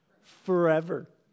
Forever